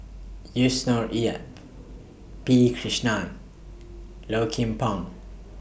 Yusnor Ef P Krishnan Low Kim Pong